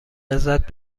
لذت